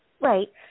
Right